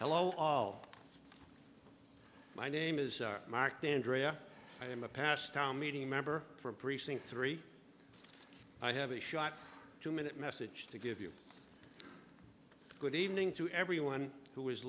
hello all my name is mark d'andrea i am a past time meeting member for precinct three i have a shot two minute message to give you good evening to everyone who is